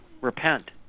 repent